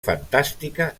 fantàstica